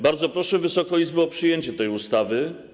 Bardzo proszę Wysoką Izbę o przyjęcie tej ustawy.